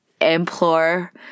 implore